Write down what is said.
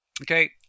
Okay